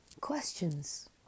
questions